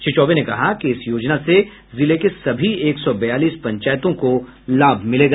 श्री चौबे ने कहा कि इस योजना से जिले के सभी एक सौ बयालीस पंचायतों को लाभ मिलेगा